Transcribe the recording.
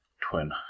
Twin